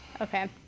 okay